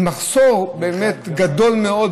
מחסור באמת גדול מאוד,